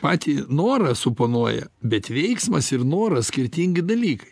patį norą suponuoja bet veiksmas ir noras skirtingi dalykai